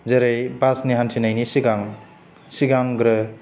जेरै बासनि हान्थिनायनि सिगां सिगांग्रो